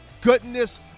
goodness